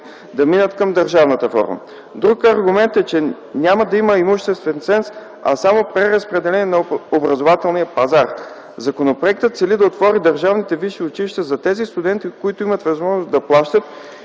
да минат към държавната форма. Друг аргумент е, че няма да има имуществен ценз, а само преразпределение на образователния пазар. Законопроектът цели да отвори държавните висши училища за тези студенти, които имат възможност да плащат